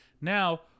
now